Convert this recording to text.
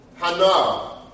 Hana